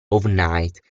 overnight